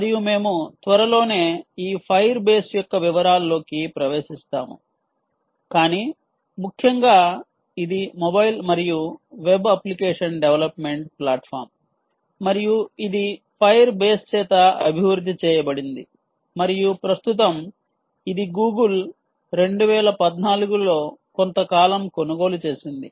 మరియు మేము త్వరలోనే ఈ ఫైర్ బేస్ యొక్క వివరాల్లోకి ప్రవేశిస్తాము కాని ముఖ్యంగా ఇది మొబైల్ మరియు వెబ్ అప్లికేషన్ డెవలప్మెంట్ ప్లాట్ఫామ్ మరియు ఇది ఫైర్ బేస్ చేత అభివృద్ధి చేయబడింది మరియు ప్రస్తుతం ఇది గూగుల్ 2014 లో కొంతకాలం కొనుగోలు చేసింది